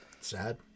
Sad